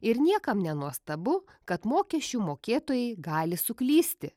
ir niekam nenuostabu kad mokesčių mokėtojai gali suklysti